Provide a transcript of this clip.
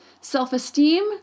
Self-esteem